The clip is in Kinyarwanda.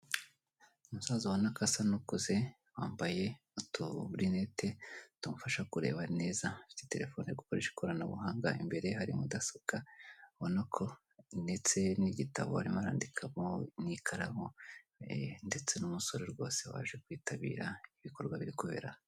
Umusaza ubona ko asa n'ukuze wambaye uturinete tumufasha kureba neza, afite telefone ari gukoresha ikoranabuhanga, imbere ye hari mudasobwa, ubona ko ndetse n'igitabo arimo arandikamo n'ikaramu ndetse n'umusore rwose waje kwitabira ibikorwa biri kubera aha.